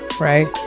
right